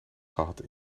gehad